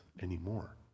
anymore